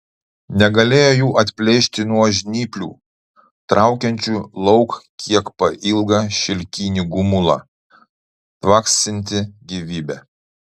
negalėjo jų atplėšti nuo žnyplių traukiančių lauk kiek pailgą šilkinį gumulą tvaksintį gyvybe